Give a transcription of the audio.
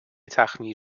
تخمیر